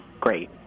great